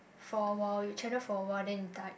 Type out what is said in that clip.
for a while you channel for a while then you type